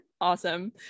awesome